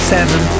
Seven